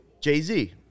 Jay-Z